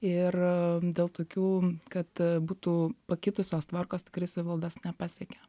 ir dėl tokių kad būtų pakitusios tvarkos tikrai savivaldos nepasiekia